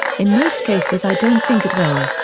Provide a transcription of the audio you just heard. in most cases i don't think it will.